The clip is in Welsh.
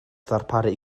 ddarparu